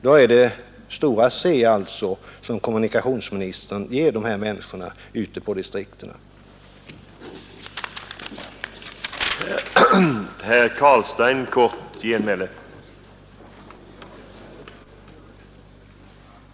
Då ger alltså kommunikationsministern människorna ute i distrikten betyget C.